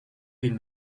been